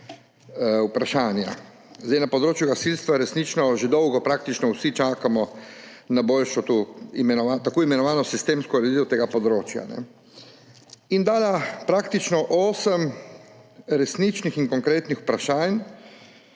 vprašanja. Na področju gasilstva resnično že dolgo praktično vsi čakamo na boljšo tako imenovano sistemsko ureditev tega področja. Postavila je osem resničnih in konkretnih vprašanj,